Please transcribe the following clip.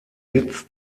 sitz